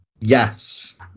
Yes